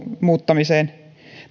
muuttamiseen